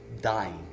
Dying